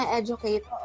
educate